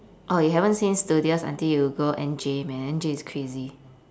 oh you haven't seen studious until you go N_J man N_J is crazy